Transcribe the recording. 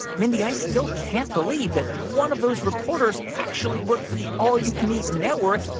mindy, i still can't believe that one of those reporters actually worked for the all you can eat network.